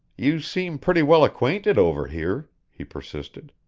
you seem pretty well acquainted over here, he persisted.